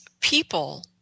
people